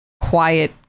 quiet